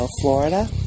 Florida